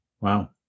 Wow